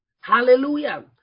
Hallelujah